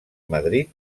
madrid